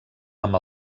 amb